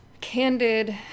candid